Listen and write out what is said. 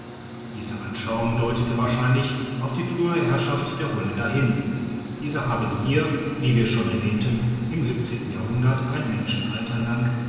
diese anschauung deutet wahrscheinlich auf die frühere herrschaft der holländer hin diese haben hier wie wir schon erwähnten im siebenten jahrhundert ein menschenalter lang